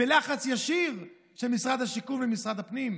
בלחץ ישיר של משרד השיכון ומשרד הפנים,